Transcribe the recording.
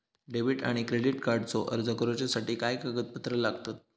Debit आणि credit कार्डचो अर्ज करुच्यासाठी काय कागदपत्र लागतत?